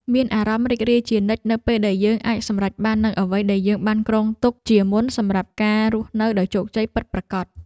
មានអារម្មណ៍រីករាយជានិច្ចនៅពេលដែលយើងអាចសម្រេចបាននូវអ្វីដែលយើងបានគ្រោងទុកជាមុនសម្រាប់ការរស់នៅដោយជោគជ័យពិតប្រាកដ។